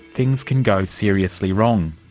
things can go seriously wrong.